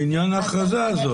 לעניין ההכרזה הזו?